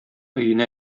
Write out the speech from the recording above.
өенә